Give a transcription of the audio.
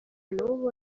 nabo